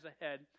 ahead